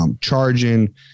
charging